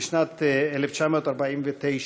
בשנת 1949,